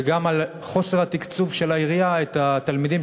וגם על חוסר התקצוב של העירייה את התלמידים